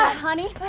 honey?